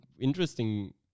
interesting